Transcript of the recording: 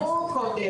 הדברים נאמרו קודם.